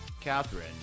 Catherine